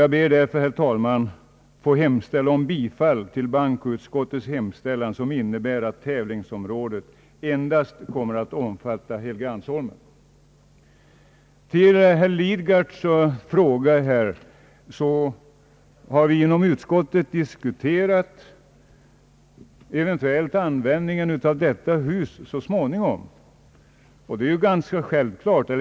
Jag ber därför, herr talman, att få hemställa om bifall till bankoutskottets utlåtande, som innebär att täv lingsområdet endast kommer att omfatta Helgeandsholmen. Med anledning av herr Lidgards fråga vill jag upplysa om att vi inom utskottet diskuterat för vilket ändamål detta hus så småningom eventuellt skall användas.